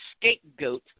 scapegoat